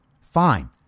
fine